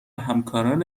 همکاران